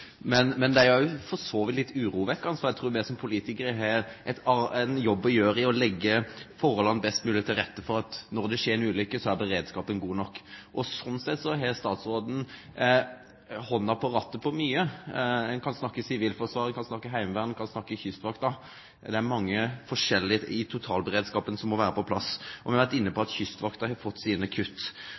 vi som politikere har en jobb å gjøre i å legge forholdene best mulig til rette for at når det skjer en ulykke, er beredskapen god nok. Sånn sett har statsråden hånda på rattet på mye – en kan snakke sivilforsvar, snakke heimevern, en kan snakke kystvakt, det er mange forskjellige i totalberedskapen som må være på plass. Og vi har vært inne på at Kystvakten har fått sine kutt.